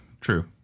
True